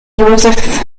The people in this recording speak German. joseph